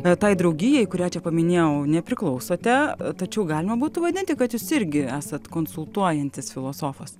na tai draugijai kurią čia paminėjau nepriklausote tačiau galima būtų vadinti kad jūs irgi esat konsultuojantis filosofas